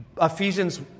Ephesians